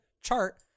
chart